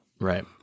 Right